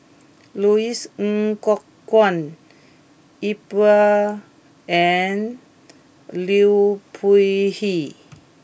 Louis Ng Kok Kwang Iqbal and Liu Peihe